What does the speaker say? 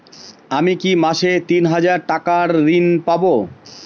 আমি কি মাসে তিন হাজার টাকার ঋণ পাবো?